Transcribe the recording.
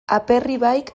aperribaik